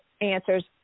answers